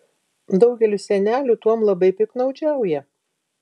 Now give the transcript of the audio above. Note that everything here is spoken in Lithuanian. daugelis senelių tuom labai piktnaudžiauja